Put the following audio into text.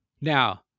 Now